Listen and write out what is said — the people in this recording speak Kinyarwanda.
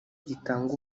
gitanga